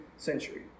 century